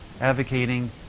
advocating